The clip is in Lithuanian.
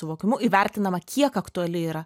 suvokimu įvertinama kiek aktuali yra